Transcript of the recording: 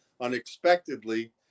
unexpectedly